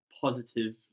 positive